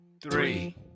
three